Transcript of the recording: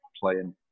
playing